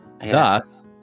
Thus